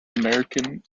american